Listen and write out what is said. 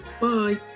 bye